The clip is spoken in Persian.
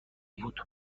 بود